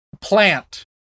Plant